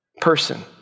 person